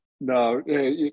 No